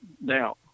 now